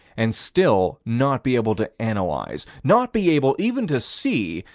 and still not be able to analyze, not be able even to see,